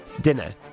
dinner